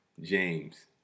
James